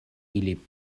ili